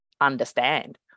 understand